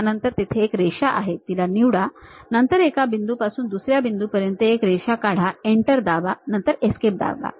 त्यानंतर तेथे एक रेषा आहे तीला निवडा नंतर एका बिंदूपासून दुसर्या बिंदूपर्यंत एक रेषा काढा Enter दाबा नंतर Escape दाबा